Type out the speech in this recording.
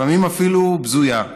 לפעמים אפילו בזויה,